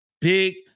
Big